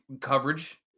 coverage